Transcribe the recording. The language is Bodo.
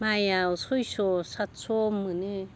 माइयाव सइस' सातस' मोनो